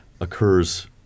occurs